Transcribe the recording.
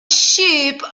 sheep